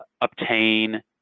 obtain